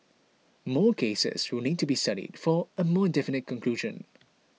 more cases will need to be studied for a more definite conclusion